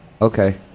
okay